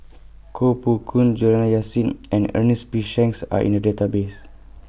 Koh Poh Koon Juliana Yasin and Ernest P Shanks Are in The Database